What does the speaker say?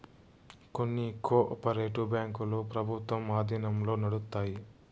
కొన్ని cooperative బ్యాంకులు ప్రభుత్వం ఆధీనంలో నడుత్తాయి